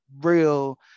real